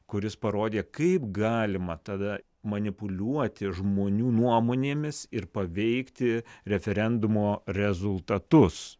kuris parodė kaip galima tada manipuliuoti žmonių nuomonėmis ir paveikti referendumo rezultatus